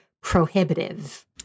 prohibitive